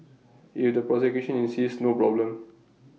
if the prosecution insists no problem